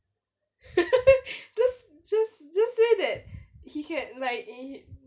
just just just say that he can like he